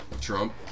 Trump